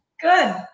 good